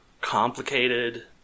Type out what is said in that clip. complicated